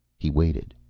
he waited,